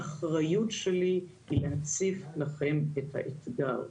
האחריות שלי היא להציף לכם את האתגר.